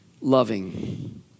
loving